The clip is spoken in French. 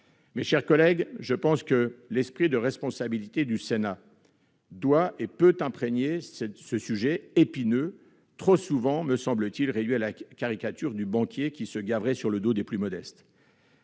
Mes chers collègues, je pense que l'esprit de responsabilité de Sénat peut et doit imprégner cet épineux sujet, trop souvent réduit à la caricature du banquier qui se gave sur le dos des plus modestes.